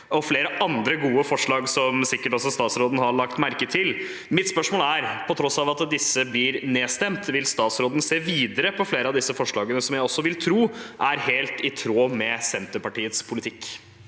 og flere andre gode forslag, som også statsråden sikkert har lagt merke til. Mitt spørsmål er: På tross av at disse blir stemt ned, vil statsråden se videre på flere av disse forslagene, som jeg vil tro er helt i tråd med Senterpartiets politikk?